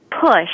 push